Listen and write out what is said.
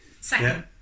second